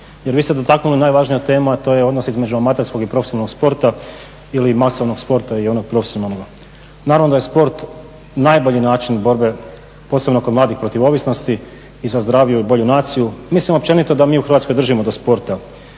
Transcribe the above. jer vi ste dotaknuli najvažniju temu, a to je odnos između amaterskog i profesionalnog sporta ili masovnog sporta i onoga profesionalnog. Naravno da je sport najbolji način borbe, posebno kod mladih, protiv ovisnosti i za zdraviju i bolju naciju. Mislim općenito da mi u Hrvatskoj držimo do sporta.